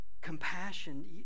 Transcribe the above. compassion